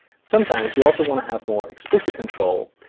sometimes you also want to have more explicit control.